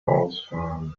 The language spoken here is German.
ausfahren